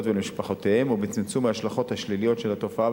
ולמשפחותיהם ובצמצום ההשלכות השליליות של התופעה,